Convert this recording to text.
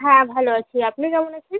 হ্যাঁ ভালো আছি আপনি কেমন আছেন